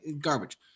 garbage